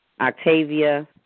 Octavia